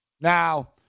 Now